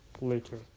later